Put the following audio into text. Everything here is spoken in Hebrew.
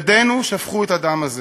ידינו שפכו את הדם הזה.